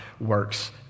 works